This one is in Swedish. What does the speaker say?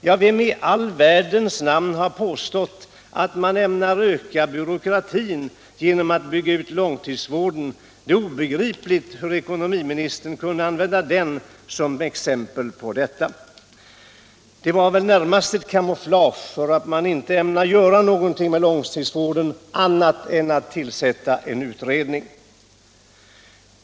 Men vem i all världens namn påstår att man ämnar öka byråkratin genom att bygga ut långtidsvården? Det är obegripligt hur ekonomiministern kunde använda den som exempel på detta. Det var väl närmast ett kamouflage för att man inte ämnar göra något åt långtids vården annat än att tillsätta en utredning.